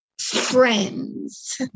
friends